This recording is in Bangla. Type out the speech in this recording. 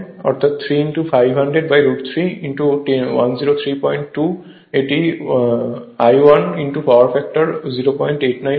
অর্থাৎ 3 500root 3 1032 এটি I 1 পাওয়ার ফ্যাক্টর 089 হবে